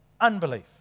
unbelief